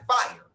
fire